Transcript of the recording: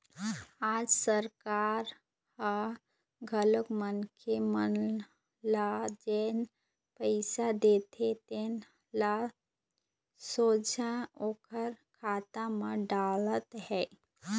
आज सरकार ह घलोक मनखे मन ल जेन पइसा देथे तेन ल सोझ ओखर खाता म डालत हे